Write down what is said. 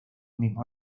mismo